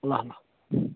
ल ल